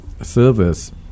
service